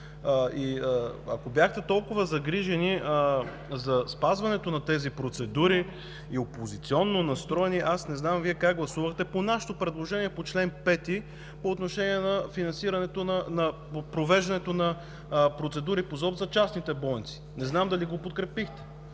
И ако бяхте толкова загрижени за спазването на тези процедури и опозиционно настроени, аз не знам как Вие гласувахте по нашето предложение по чл. 5 по отношение на провеждането на процедури по ЗОП за частните болници. Не знам дали го подкрепихте.